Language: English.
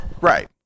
Right